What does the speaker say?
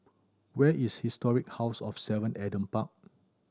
where is Historic House of Seven Adam Park